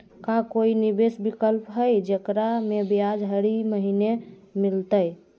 का कोई निवेस विकल्प हई, जेकरा में ब्याज हरी महीने मिलतई?